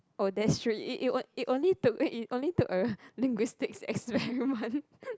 oh that's true it it it only took it only took a linguistics experiment